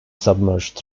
submerged